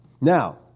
Now